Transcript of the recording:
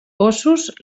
óssos